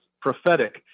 prophetic